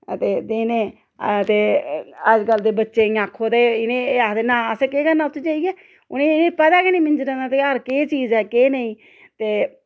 ते देने ते अज्जकल दे बच्चें गी आक्खो ते इ'नें गी एह् आखदे नां असें केह् करना उत्थें जाइयै उ'नें गी इ'नेंगी पता गै नी मिंजरे दा ध्यार केह् चीज़ केह् नेईं ते